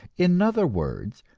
in other words,